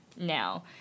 now